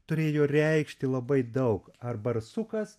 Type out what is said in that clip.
turėjo reikšti labai daug ar barsukas